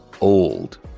old